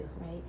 right